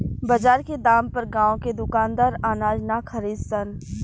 बजार के दाम पर गांव के दुकानदार अनाज ना खरीद सन